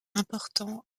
important